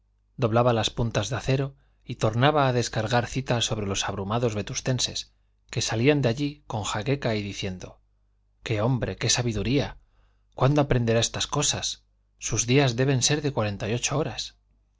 doblaba las puntas de acero y tornaba a descargar citas sobre los abrumados vetustenses que salían de allí con jaqueca y diciendo qué hombre qué sabiduría cuándo aprenderá estas cosas sus días deben de ser de cuarenta y ocho horas